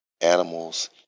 animals